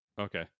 Okay